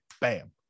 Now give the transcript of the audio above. bam